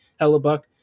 Hellebuck